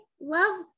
love